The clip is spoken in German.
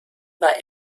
war